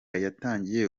yatangiye